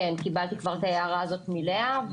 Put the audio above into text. קיבלתי את ההערה ממנהלת הוועדה,